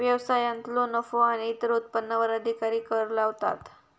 व्यवसायांतलो नफो आणि इतर उत्पन्नावर अधिकारी कर लावतात